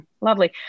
Lovely